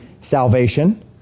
salvation